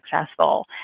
successful